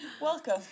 Welcome